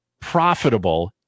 profitable